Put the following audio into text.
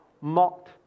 mocked